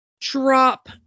drop